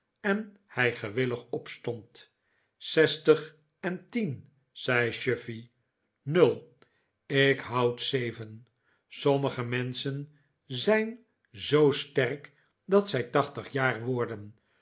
en hij gewillig opstond zestig en tien zei chuffey nul ik hou zeven sommige menschen zijn zoo sterk dat zij tachtig jaar worden